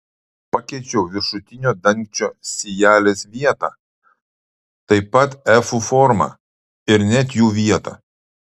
pakeičiau viršutinio dangčio sijelės vietą taip pat efų formą ir net jų vietą